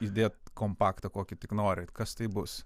įdėt kompaktą kokį tik nori kas tai bus